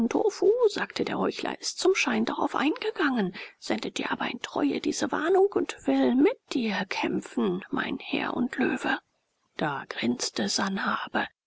sagte der heuchler ist zum schein darauf eingegangen sendet dir aber in treue diese warnung und will mit dir kämpfen mein herr und löwe da grinste sanhabe